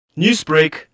Newsbreak